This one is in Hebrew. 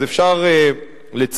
אז אפשר לציין,